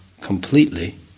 completely